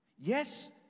Yes